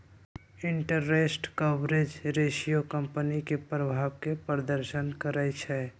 interest coverage ratio company के प्रभाव के प्रदर्शन करइ छै